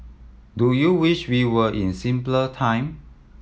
do you wish we were in simpler time